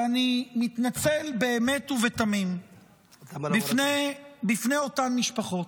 אני מתנצל באמת ובתמים בפני אותן משפחות.